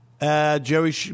Jerry